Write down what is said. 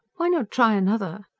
why not try another?